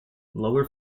lower